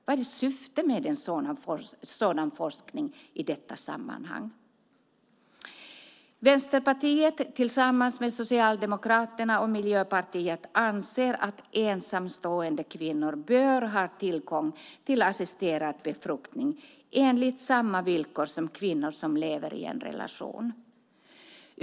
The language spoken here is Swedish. Vad är syftet med sådan forskning i detta sammanhang? Vänsterpartiet, tillsammans med Socialdemokraterna och Miljöpartiet, anser att ensamstående kvinnor bör ha tillgång till assisterad befruktning enligt samma villkor som kvinnor som lever i en relation.